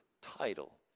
title